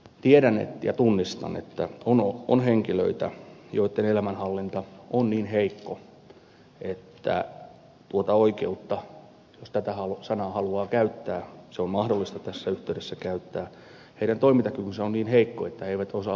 tiedän ja tunnistan että on henkilöitä joitten elämänhallinta ja toimintakyky on niin heikko että että he eivät osaa vaatia tuota oikeutta jos tätä sanaa haluaa käyttää ja sitä on mahdollista tässä yhteydessä käyttää